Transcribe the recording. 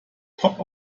top